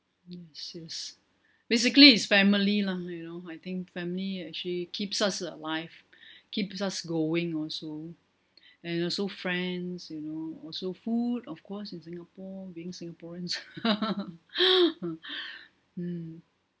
yes yes basically it's family lah you know I think family actually keeps us alive keeps us going also and also friends you know also food of course in singapore being singaporeans mm